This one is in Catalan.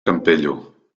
campello